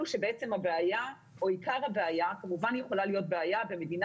שבעצם הבעיה או עיקר הבעיה - כמובן יכולה להיות בעיה במדינה